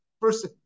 First